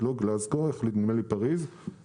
נדמה לי בפריז,